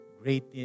great